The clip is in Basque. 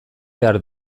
behar